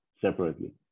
separately